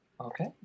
Okay